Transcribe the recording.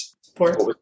support